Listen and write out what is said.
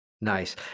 Nice